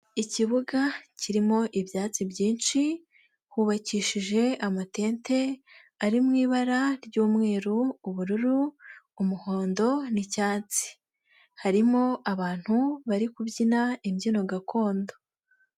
Ikibuga kirimo ibyatsi byinshi, hubakishije amatente ari mu ibara ry'umweru, ubururu, umuhondo n'icyatsi, harimo abantu bari kubyina imbyino gakondo.